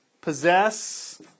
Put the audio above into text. Possess